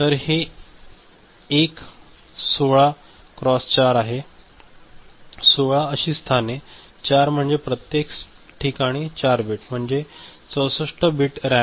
तर हे एक 16 क्रॉस 4 आहे 16 अशी स्थाने आणि 4 म्हणजे प्रत्येक ठिकाणी 4 बिट म्हणजे 64 बिट रॅम